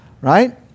Right